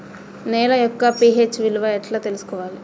నేల యొక్క పి.హెచ్ విలువ ఎట్లా తెలుసుకోవాలి?